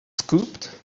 scooped